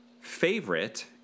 favorite